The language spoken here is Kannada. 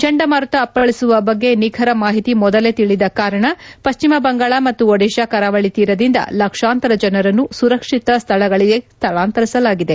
ಚಂಡಮಾರುತ ಅಪ್ಪಳಸುವ ಬಗ್ಗೆ ನಿಖರ ಮಾಹಿತಿ ಮೊದಲೇ ತಿಳಿದ ಕಾರಣ ಪಶ್ಲಿಮ ಬಂಗಾಳ ಮತ್ತು ಒಡಿಶಾ ಕರಾವಳಿ ತೀರದಿಂದ ಲಕ್ಷಾಂತರ ಜನರನ್ನು ಸುರಕ್ಷಿತ ಸ್ಥಳಗಳಿಗೆ ಸ್ಥಳಾಂತರಿಸಲಾಗಿದೆ